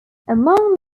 among